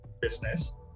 business